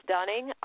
Dunning